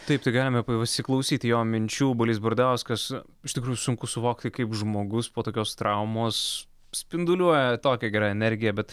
taip tai galime pasiklausyti jo minčių balys bardauskas iš tikrųjų sunku suvokti kaip žmogus po tokios traumos spinduliuoja tokią gerą energiją bet